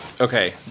Okay